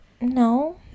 No